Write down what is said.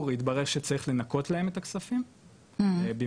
יתברר שצריך לנכות להם את הכספים במלואם,